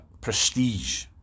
prestige